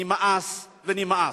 נמאס ונמאס.